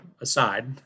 aside